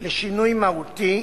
לשינוי מהותי